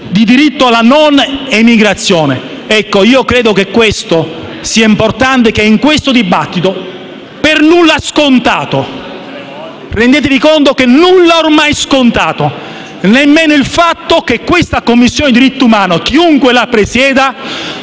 di diritto alla non emigrazione. Ecco, credo che questo punto sia importante in questo dibattito per nulla scontato. Rendetevi conto, infatti, che nulla ormai è scontato, nemmeno il fatto che questa Commissione sui diritti umani - chiunque la presieda